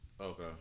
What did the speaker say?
okay